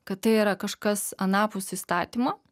kad tai yra kažkas anapus įstatymo